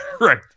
Right